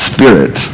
Spirit